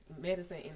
medicine